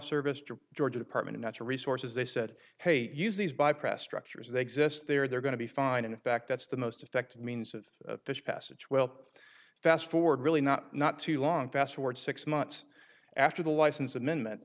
service georgia department of natural resources they said hey use these bypass structures they exist there they're going to be fine and in fact that's the most effective means of this passage well fast forward really not not too long fast forward six months after the license amendment